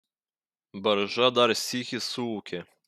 barža dar sykį suūkė